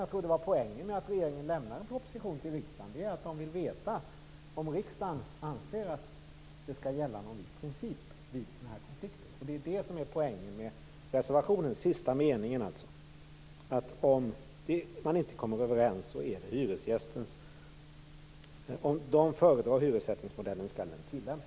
Jag trodde att poängen med att regeringen lämnar en proposition till riksdagen är att den vill veta om riksdagen anser att någon viss princip skall gälla vid sådana här konflikter. Det är också poängen med reservationens sista mening, där det anges att det är den hyressättningsmodell som hyresgästen föredrar som skall tillämpas.